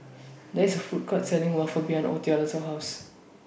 There IS A Food Court Selling Waffle behind Ottilia's House